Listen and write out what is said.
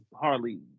hardly